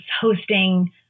hosting